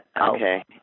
Okay